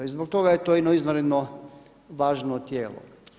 I zbog toga je to jedno izvanredno važno tijelo.